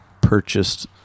purchased